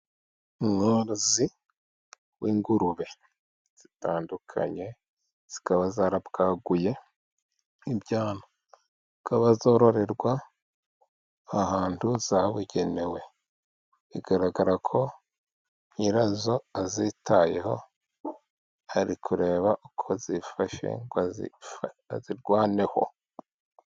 Umworozi w'ingurube zitandukanye zikaba zarabwaguye ibyana zikaba zororerwa ahantu habugenewe, bigaragara ko nyirazo azitayeho ari kureba uko zifashe ngo azi azirwaneho.